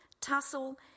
tussle